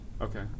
Okay